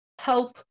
help